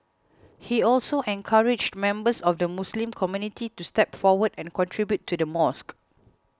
he also encouraged members of the Muslim community to step forward and contribute to the mosque